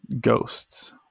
ghosts